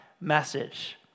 message